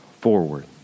forward